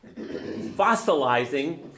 fossilizing